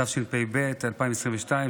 התשפ"ב 2022,